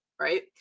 right